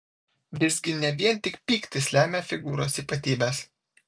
visgi ne vien tik pyktis lemia figūros ypatybes